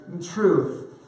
truth